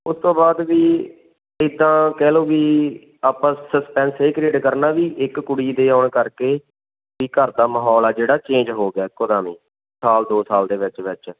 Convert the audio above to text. ਉਸ ਤੋਂ ਬਾਅਦ ਵੀ ਇੱਦਾਂ ਕਹਿ ਲਓ ਵੀ ਆਪਾਂ ਸਸਪੈਂਸ ਇਹ ਕ੍ਰੀਏਟ ਕਰਨਾ ਵੀ ਇੱਕ ਕੁੜੀ ਦੇ ਆਉਣ ਕਰਕੇ ਵੀ ਘਰ ਦਾ ਮਾਹੌਲ ਆ ਜਿਹੜਾ ਚੇਂਜ ਹੋ ਗਿਆ ਇੱਕੋ ਦਮ ਹੀ ਸਾਲ ਦੋ ਸਾਲ ਦੇ ਵਿੱਚ ਵਿੱਚ